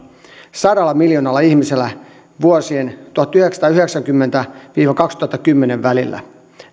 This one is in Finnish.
sadalla miljoonalla ihmisellä vuosien tuhatyhdeksänsataayhdeksänkymmentä viiva kaksituhattakymmenen välillä